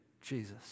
Jesus